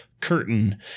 Curtain